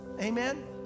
Amen